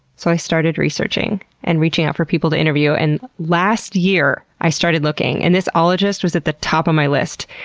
so, i started researching and reaching out for people to interview and last year i started looking and this ologist was at the top of my list.